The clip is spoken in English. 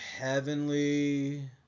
Heavenly